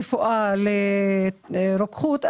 אם תהיה התלבטות בין ללמוד רפואה לבין ללמוד רוקחות,